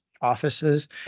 offices